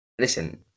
Listen